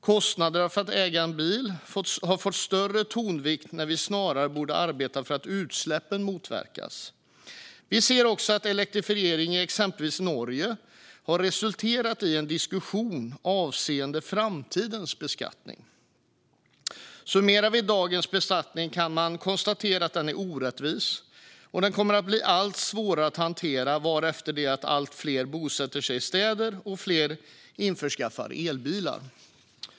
Kostnaderna för att äga en bil har fått större tonvikt, när vi snarare borde arbeta för att utsläppen motverkas. Vi ser också att elektrifieringen i till exempel Norge har resulterat i en diskussion avseende framtidens beskattning. Summerar vi dagens beskattning kan vi konstatera att den är orättvis och att den kommer att bli allt svårare att hantera varefter det att allt fler bosätter sig i städer och fler införskaffar elbilar.